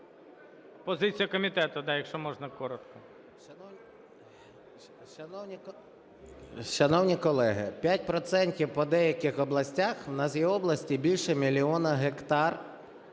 Позиція комітету, да, якщо можна, коротко.